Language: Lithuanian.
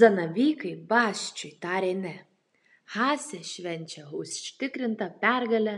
zanavykai basčiui tarė ne haase švenčia užtikrintą pergalę